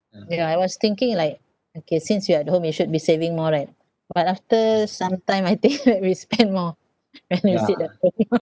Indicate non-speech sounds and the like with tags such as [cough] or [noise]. yeah I was thinking like okay since you're at home you should be saving more right but after some time I think [laughs] right we spend [laughs] more [laughs] when you sit at home ah [laughs]